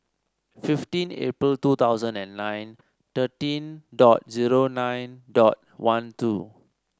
fifteen April two thousand and nine thirteen dot zero nine dot one two